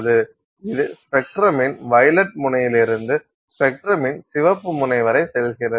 இது ஸ்பெக்ட்ரமின் வயலட் முனையிலிருந்து ஸ்பெக்ட்ரமின் சிவப்பு முனை வரை செல்கிறது